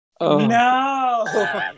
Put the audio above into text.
No